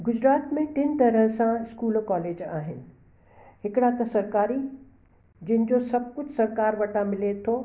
गुजरात में टिन तरह सां स्कूल कोलेज आहिनि हिकिड़ा त सरकारी जिनि जो सभु कुझु सरकारि वटां मिले थो